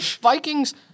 Vikings